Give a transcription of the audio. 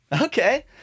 Okay